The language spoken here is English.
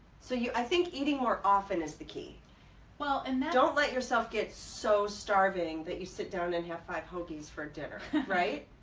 so you i think eating more often is the key well and they don't let yourself get so starving that you sit down and have five hoagies for dinner right?